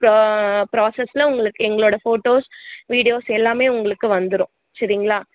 ப்ரா ப்ராசஸ்சில் உங்களுக்கு எங்களோடய ஃபோட்டோஸ் வீடியோஸ் எல்லாமே உங்களுக்கு வந்துடும் சரிங்களா